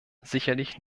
sicherlich